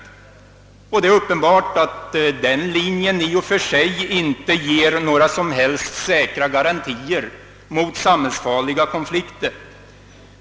Det är uppenbart att den linjen i och för sig inte ger några som helst garantier mot samhällsfarliga konflikter.